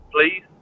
please